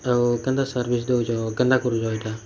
ଆଉ କେନ୍ତା ସର୍ଭିସ୍ ଦେଉଛ କେନ୍ତା କରୁଛ ଏଇଟା